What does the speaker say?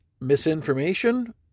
misinformation